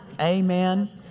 Amen